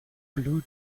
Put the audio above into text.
blue